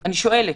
אני שואלת.